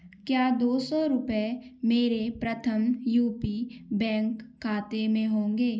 क्या दो सौ रुपये मेरे प्रथम यू पी बैंक खाते में होंगे